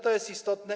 To jest istotne.